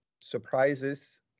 surprises